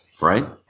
right